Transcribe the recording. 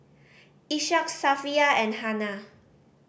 Ishak Safiya and Hana